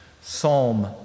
Psalm